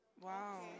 Wow